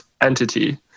entity